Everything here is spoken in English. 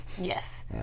Yes